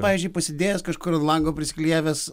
pavyzdžiui pasidėjęs kažkur ant lango prisiklijavęs